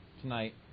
tonight